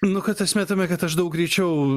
nu kad esmė tame kad aš daug greičiau